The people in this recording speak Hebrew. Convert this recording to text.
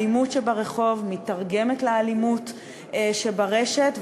האלימות שברחוב מיתרגמת לאלימות שברשת,